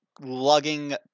lugging